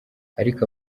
ariko